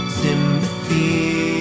sympathy